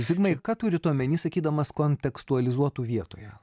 zigmai ką turit omeny sakydamas kontekstualizuotų vietoje